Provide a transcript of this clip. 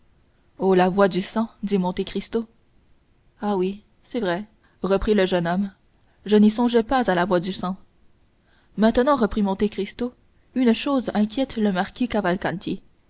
oh la voix du sang dit monte cristo ah oui c'est vrai reprit le jeune homme je n'y songeais pas à la voix du sang maintenant reprit monte cristo une seule chose inquiète le marquis cavalcanti